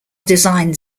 designed